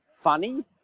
funny